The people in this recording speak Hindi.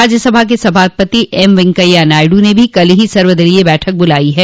राज्यसभा के सभापति एम वेंकैया नायडू ने भी कल ही सर्वदलोय बैठक बुलाई है